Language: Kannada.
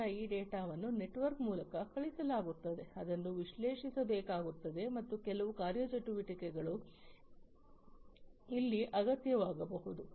ನಂತರ ಈ ಡೇಟಾವನ್ನು ನೆಟ್ವರ್ಕ್ ಮೂಲಕ ಕಳುಹಿಸಲಾಗುತ್ತದೆ ಅದನ್ನು ವಿಶ್ಲೇಷಿಸಬೇಕಾಗುತ್ತದೆ ಮತ್ತು ಕೆಲವು ಕಾರ್ಯಚಟುವಟಿಕೆಗಳು ಇಲ್ಲಿ ಅಗತ್ಯವಾಗಬಹುದು